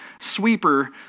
sweeper